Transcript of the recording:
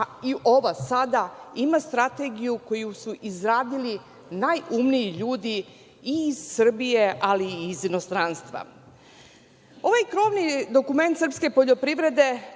a i ova sada ima strategiju koju se izradili najumniji ljudi i iz Srbije, ali i iz inostranstva. Ovaj krovni dokument srpske poljoprivrede